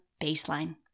baseline